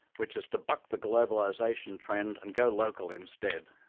which is to buck the globalisation trend and go local instead.